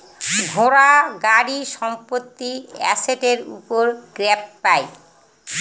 ঘোড়া, গাড়ি, সম্পত্তি এসেটের উপর গ্যাপ পাই